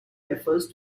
refers